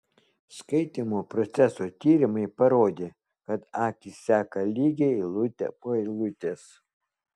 skaitymo proceso tyrimai parodė kad akys seka lygiai eilutę po eilutės